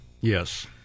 Yes